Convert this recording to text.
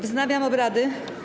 Wznawiam obrady.